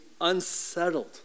unsettled